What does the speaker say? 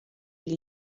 gli